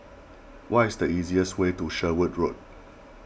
what is the easiest way to Sherwood Road